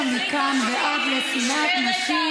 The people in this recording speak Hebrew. להגיע מכאן עד לשנאת נשים?